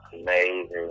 amazing